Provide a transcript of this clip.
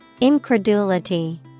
Incredulity